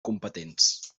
competents